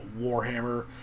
Warhammer